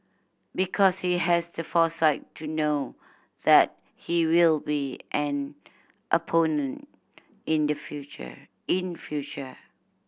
because he has the foresight to know that he will be an opponent in the future in future